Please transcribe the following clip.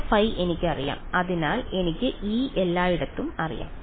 Ei എനിക്കറിയാം അതിനാൽ എനിക്ക് E എല്ലായിടത്തും അറിയാം